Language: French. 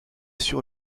sur